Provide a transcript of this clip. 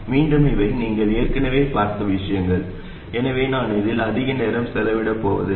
மீண்டும் இவை நீங்கள் ஏற்கனவே பார்த்த விஷயங்கள் எனவே நான் இதில் அதிக நேரம் செலவிடப் போவதில்லை